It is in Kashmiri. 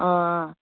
آ